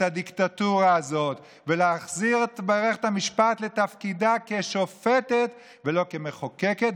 הדיקטטורה הזאת ולהחזיר את מערכת המשפט לתפקידה כשופטת ולא כמחוקקת,